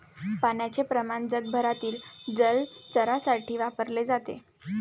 पाण्याचे प्रमाण जगभरातील जलचरांसाठी वापरले जाते